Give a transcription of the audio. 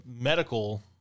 medical